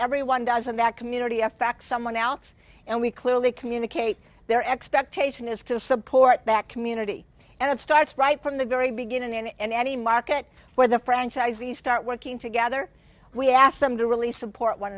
everyone does in that community f x someone out and we clearly communicate their expectation is to support that community and it starts right from the very beginning and any market where the franchisees start working together we ask them to really support one